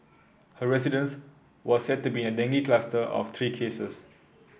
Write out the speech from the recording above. her residence was said to be in a dengue cluster of three cases